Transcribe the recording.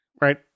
Right